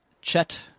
Chet